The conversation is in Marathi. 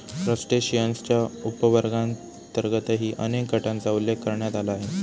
क्रस्टेशियन्सच्या उपवर्गांतर्गतही अनेक गटांचा उल्लेख करण्यात आला आहे